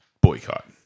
boycott